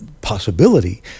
possibility